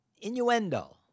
innuendo